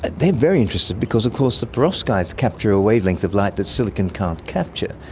they're very interested because of course the perovskites capture a wavelength of light that silicon can't capture.